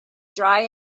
dry